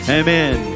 amen